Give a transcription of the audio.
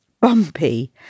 bumpy